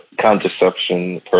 contraception